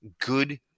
good